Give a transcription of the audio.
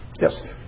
Yes